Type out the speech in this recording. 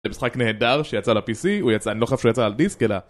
זה משחק נהדר שיצא לפי-סי, אני לא חושב שהוא יצא על דיסק, אלא...